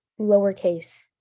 lowercase